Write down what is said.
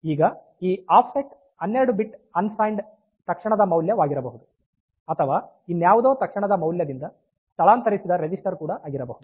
ಈಗ ಈ offset 12 bit unsigned ತಕ್ಷಣದ ಮೌಲ್ಯವಾಗರಬಹುದು ಅಥವಾ ಇನ್ಯಾವುದೋ ತಕ್ಷಣದ ಮೌಲ್ಯದಿಂದ ಸ್ಥಳಾಂತರಿಸಿದ ರಿಜಿಸ್ಟರ್ ಕೂಡ ಆಗಿರಬಹುದು